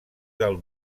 del